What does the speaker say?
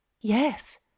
yes